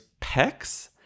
pecs